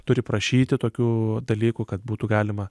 turi prašyti tokių dalykų kad būtų galima